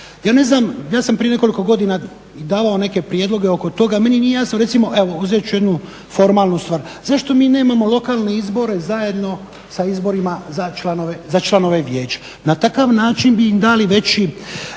ja sam prije nekoliko godina davao neke prijedloge oko toga. Meni nije jasno recimo evo uzet ću jednu formalnu stvar, zašto mi nemamo lokalne izbore zajedno sa izborima za članove Vijeća? Na takav način bi im dali veći